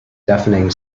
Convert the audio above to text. deafening